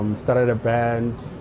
started a band,